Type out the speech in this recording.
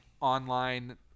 online